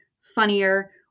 funnier